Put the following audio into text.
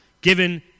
given